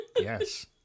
yes